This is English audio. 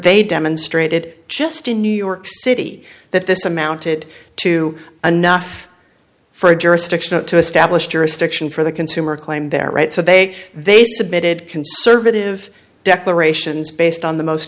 they demonstrated just in new york city that this amounted to a nuff for a jurisdiction to establish jurisdiction for the consumer claimed their right so they they submitted conservative declarations based on the most